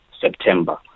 September